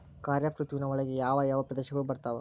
ಖಾರೇಫ್ ಋತುವಿನ ಒಳಗೆ ಯಾವ ಯಾವ ಪ್ರದೇಶಗಳು ಬರ್ತಾವ?